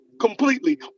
completely